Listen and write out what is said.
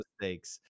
mistakes